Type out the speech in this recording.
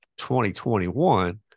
2021